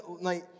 night